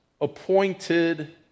appointed